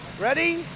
Ready